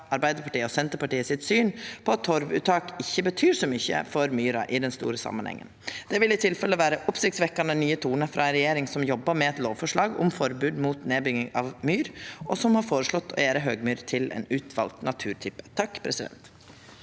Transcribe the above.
Arbeidarpartiet og Senterpartiet om at torvuttak ikkje betyr så mykje for myrer i den store samanhengen. Det vil i tilfelle vera oppsiktsvekkjande nye tonar frå ei regjering som jobbar med eit lovforslag om forbod mot nedbygging av myr, og som har føreslått å gjera høgmyr til ein utvald naturtype. Statsråd